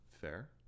fair